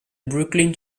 brooklyn